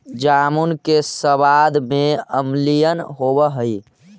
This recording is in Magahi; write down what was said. जामुन के सबाद में अम्लीयन होब हई